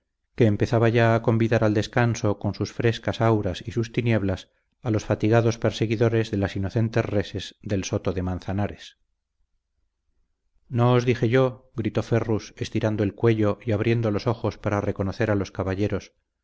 que empezaba ya a convidar al descanso con sus frescas auras y sus tinieblas a los fatigados perseguidores de las inocentes reses del soto de manzanares no os dije yo gritó ferrus estirando el cuello y abriendo los ojos para reconocer a los caballeros